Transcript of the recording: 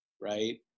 right